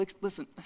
listen